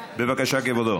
בבקשה, כבודו.